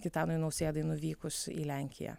gitanui nausėdai nuvykus į lenkiją